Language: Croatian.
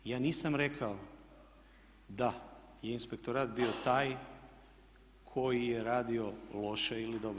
Ja nisam rekao da je inspektorat bio taj koji je radio loše ili dobro.